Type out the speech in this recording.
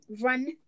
run